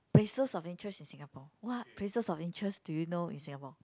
places of interest in Singapore what places of interest do you know in Singapore